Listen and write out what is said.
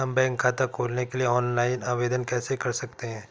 हम बैंक खाता खोलने के लिए ऑनलाइन आवेदन कैसे कर सकते हैं?